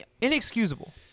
inexcusable